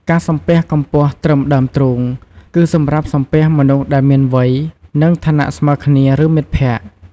ការសំពះកម្ពស់ត្រឹមដើមទ្រូង គឺសម្រាប់សំពះមនុស្សដែលមានវ័យ និងឋានៈស្មើគ្នា ឬមិត្តភក្តិ។